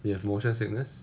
you have motion sickness